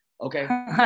Okay